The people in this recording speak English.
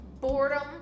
boredom